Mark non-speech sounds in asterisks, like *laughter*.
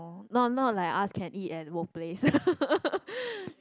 not not like us can eat at workplace *laughs*